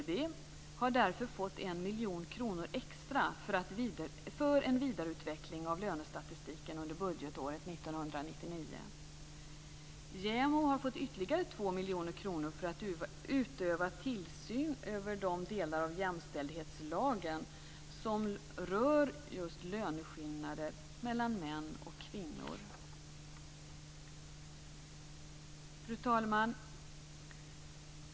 SCB har därför fått 1 miljon kronor extra för en vidareutveckling av lönestatistiken under budgetåret 1999. JämO har fått ytterligare 2 miljoner kronor för att utöva tillsyn över de delar av jämställdhetslagen som just rör löneskillnader mellan män och kvinnor. Fru talman!